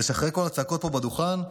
ושאחרי כל הצעקות פה בדוכן,